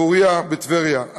פוריה בטבריה,